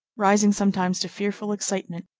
rising sometimes to fearful excitement,